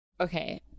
Okay